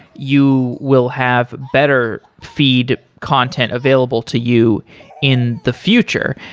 you will have better feed content available to you in the future,